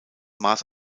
maß